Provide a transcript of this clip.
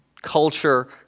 culture